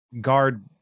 guard